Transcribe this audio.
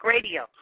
Radio